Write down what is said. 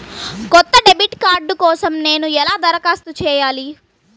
కొత్త debit card కోసం నేను ఎలా దరఖాస్తు చేయాలి?